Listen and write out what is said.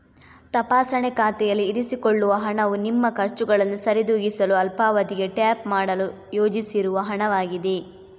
ತಪಾಸಣೆ ಖಾತೆಯಲ್ಲಿ ಇರಿಸಿಕೊಳ್ಳುವ ಹಣವು ನಿಮ್ಮ ಖರ್ಚುಗಳನ್ನು ಸರಿದೂಗಿಸಲು ಅಲ್ಪಾವಧಿಗೆ ಟ್ಯಾಪ್ ಮಾಡಲು ಯೋಜಿಸಿರುವ ಹಣವಾಗಿದೆ